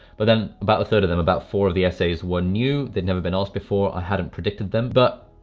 but then, about a third of them, about four of the essays were new, they'd never been asked before, i hadn't predicted them. but,